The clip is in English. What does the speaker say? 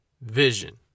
vision